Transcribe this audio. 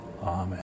Amen